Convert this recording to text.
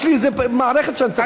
יש לי מערכת שאני צריך לנהל.